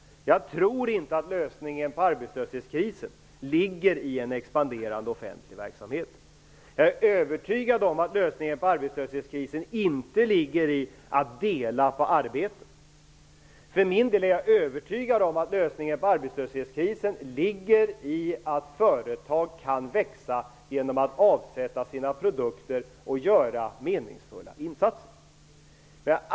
Jag tror inte att lösningen på arbetslöshetskrisen ligger i en expanderande offentlig verksamhet. Jag är övertygad om att lösningen på arbetslöshetskrisen inte ligger i att man skall dela på arbeten. För min del är jag övertygad om att lösningen ligger i att företag kan växa genom att avsätta sina produkter och göra meningsfulla insatser.